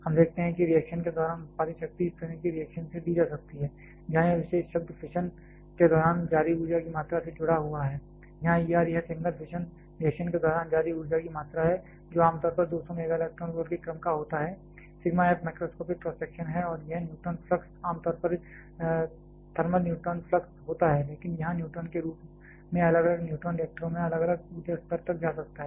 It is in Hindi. हम देखते हैं कि रिएक्शन के दौरान उत्पादित शक्ति इस तरह की रिएक्शन से दी जा सकती है जहां यह विशेष शब्द फिशन के दौरान जारी ऊर्जा की मात्रा से जुड़ा हुआ है यहां E R यह सिंगल फिशन रिएक्शन के दौरान जारी ऊर्जा की मात्रा है जो आम तौर पर 200 MeV के क्रम का होता है sigma f macroscopic cross section है और यह न्यूट्रॉन फ्लक्स आम तौर पर थर्मल न्यूट्रॉन फ्लक्स होता है लेकिन यहां न्यूट्रॉन के रूप में अलग अलग न्यूट्रॉन रिएक्टरों में अलग अलग ऊर्जा स्तर तक जा सकते हैं